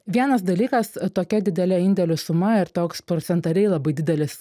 vienas dalykas tokia didelė indėlių suma ir toks procentaliai labai didelis